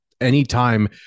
anytime